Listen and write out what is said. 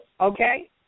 Okay